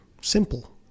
Simple